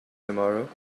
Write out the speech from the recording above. tomorrow